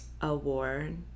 award